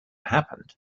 happened